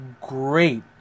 Great